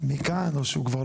מכאן או שהוא כבר לא בארץ.